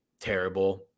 terrible